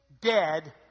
dead